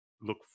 look